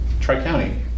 Tri-County